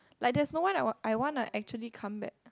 like there's no one I will I wanna actually come back